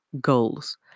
goals